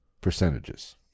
percentages